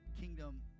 kingdom